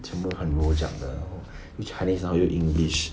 全部很 rojak 的 chinese 然后有 english